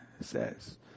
says